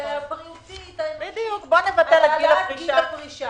הבריאותית על העלאת גיל הפרישה.